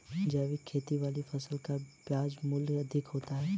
जैविक खेती वाली फसलों का बाजार मूल्य अधिक होता है